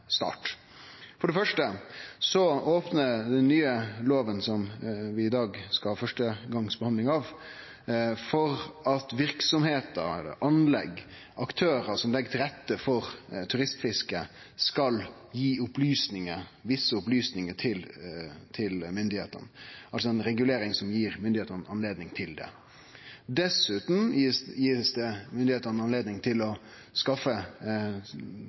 start. For det første opnar den nye lova, som vi i dag skal ha førstegongsbehandling av, for at verksemder, anlegg eller aktørar som legg til rette for turistfiske, skal gi visse opplysningar til myndigheitene, altså ei regulering som gir myndigheitene anledning til det. Dessutan får myndigheitene anledning til å